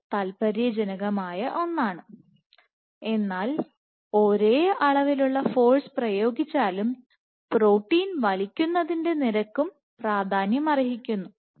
ഇത് കൌതുകകരമായ ഒരു വസ്തുതയാണ് എന്നാൽ ഒരേ അളവിലുള്ള ഫോഴ്സ് പ്രയോഗിച്ചാലും പ്രോട്ടീൻ വലിക്കുന്ന നിരക്കും പ്രാധാന്യമർഹിക്കുന്നു